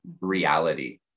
reality